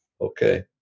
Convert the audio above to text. Okay